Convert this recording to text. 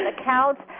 accounts